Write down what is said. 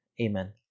Amen